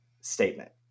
statement